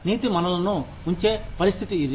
నీతి మనలను ఉంచే పరిస్థితి ఇది